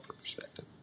perspective